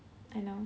I know